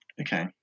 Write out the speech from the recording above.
Okay